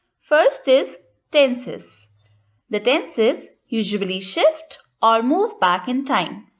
first is tenses the tenses usually shift or move back in time,